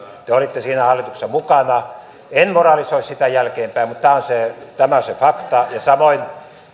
te te olitte siinä hallituksessa mukana en moralisoi sitä jälkeenpäin mutta tämä on se fakta ja samoin